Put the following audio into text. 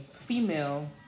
female